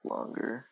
Longer